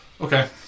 Okay